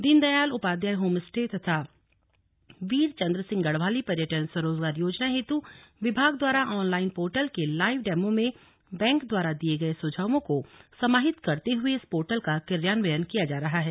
दीन Dayal Upadhyay home stay तथा वीर चंद्र सिंह गढ़वाली पर्यटन स्वरोजगार योजना हेतु विभाग द्वारा ऑनलाइन पोर्टल के लाइव डेमो में बैंक द्वारा दिये गये सुझावों को समाहित करते हुए इस पोर्टल का क्रियान्वयन किया जा रहा है